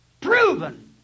proven